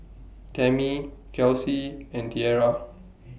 Tammi Kelsi and Tierra